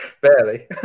Barely